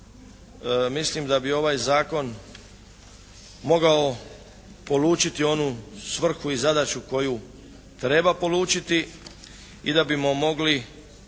mislim da bi ovaj zakon mogao polučiti onu svrhu i zadaću koju treba polučiti i da bismo